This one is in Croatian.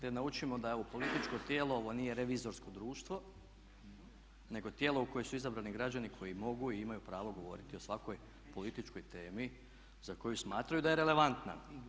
Jer naučimo da je ovo političko tijelo, ovo nije revizorsko društvo, nego tijelo u koje su izabrani građani koji mogu i imaju pravo govoriti o svakoj političkoj temi za koju smatraju da je relevantna.